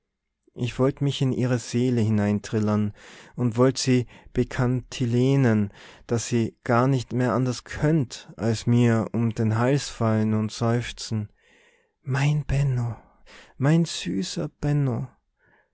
ich wollt mich in ihre seele hineintrillern und wollt se bekantilenen daß se gar nicht mehr anders könnt als mir um den hals fallen und seufzen mein benno mein süßer